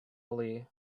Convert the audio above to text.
ali